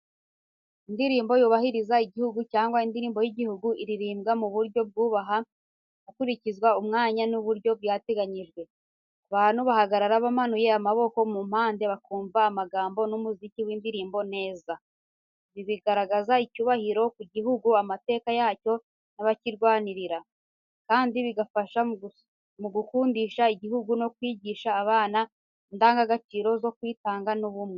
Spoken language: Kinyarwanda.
Indirimbo yubahiriza igihugu, cyangwa indirimbo y’igihugu, iririmbwa mu buryo bwubaha, hakurikizwa umwanya n’uburyo byateganyijwe. Abantu bahagarara bamanuye amaboko mu mpande, bakumva amagambo n’umuziki w’indirimbo neza. Ibi bigaragaza icyubahiro ku gihugu, amateka yacyo n’abakirwanirira, kandi bigafasha mu gukundisha igihugu no kwigisha abana indangagaciro z’ukwitanga n’ubumwe.